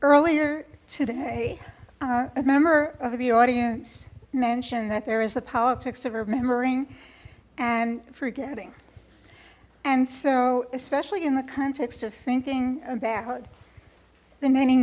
earlier today a member of the audience mentioned that there is the politics of remembering and forgetting and so especially in the context of thinking about